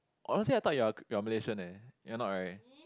honestly I thought you are you are Malaysian leh you are not [right]